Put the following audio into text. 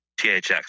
THX